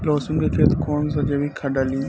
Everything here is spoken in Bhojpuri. लहसुन के खेत कौन सा जैविक खाद डाली?